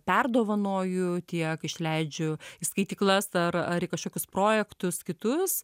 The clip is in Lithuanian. perdovanoju tiek išleidžiu į skaityklas ar ar į kažkokius projektus kitus